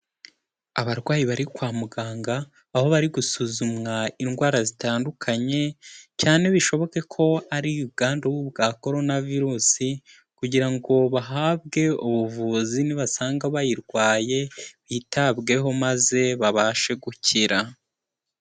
Abarwayi bari kwa muganga, aho bari gusuzumwa indwara zitandukanye, cyane bishoboke ko ari ubwandu bwa Korona virusi kugira ngo bahabwe ubuvuzi nibasanga bayirwaye bitabweho maze babashe gukira.